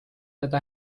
neid